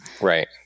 right